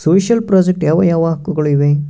Social project ಯಾವ ಯಾವ ಹಕ್ಕುಗಳು ಇವೆ?